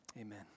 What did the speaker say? Amen